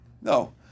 No